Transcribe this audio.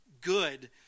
good